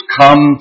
come